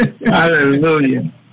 Hallelujah